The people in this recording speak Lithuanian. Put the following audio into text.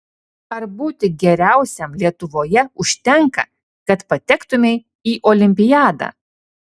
ar būti geriausiam lietuvoje užtenka kad patektumei į olimpiadą